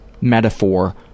metaphor